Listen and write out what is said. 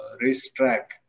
racetrack